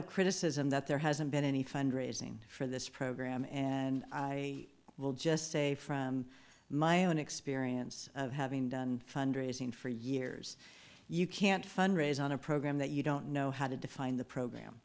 of criticism that there hasn't been any fund raising for this program and i will just say from my own experience of having done fundraising for years you can't fundraise on a program that you don't know how to define the program